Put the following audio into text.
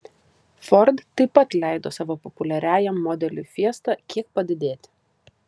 ford taip pat leido savo populiariajam modeliui fiesta kiek padidėti